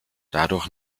dadurch